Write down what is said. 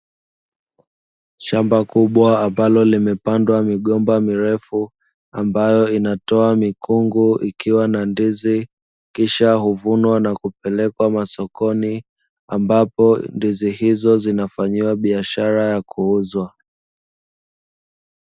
Shamba kubwa ambalo limepandwa migomba mirefu ambayo inatoa mikungu ikiwa na ndizi, kisha huvunwa na kupelekwa masokoni ambapo ndizi hizo zinafanyiwa biashara ya kuuzwa.